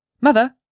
Mother